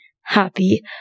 happy